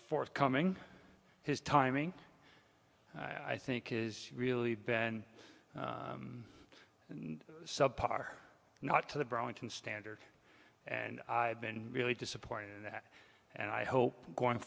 forthcoming his timing i think is really been sub par not to the brenton standard and i've been really disappointed in that and i hope going